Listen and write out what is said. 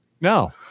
No